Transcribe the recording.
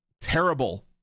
terrible